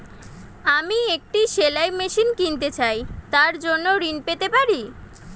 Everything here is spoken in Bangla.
আমি একটি সেলাই মেশিন কিনতে চাই তার জন্য ঋণ পেতে পারি?